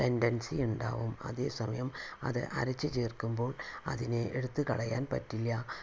tendency ഉണ്ടാവും അതേസമയം അത് അരച്ച് ചേർക്കുമ്പോൾ അതിനെ എടുത്ത് കളയാൻ പറ്റില്ല